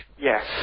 Yes